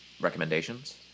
recommendations